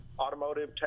automotive